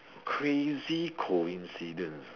crazy coincidence ah